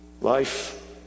Life